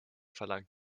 verlangt